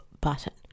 button